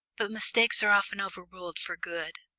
but mistakes are often overruled for good.